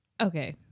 okay